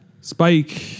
Spike